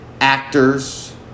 actors